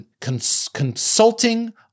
consulting